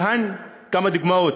להלן כמה דוגמאות: